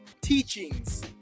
teachings